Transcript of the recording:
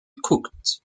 cooked